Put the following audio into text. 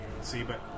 see—but